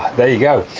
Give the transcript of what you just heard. there you go.